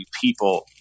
people